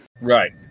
Right